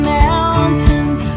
mountains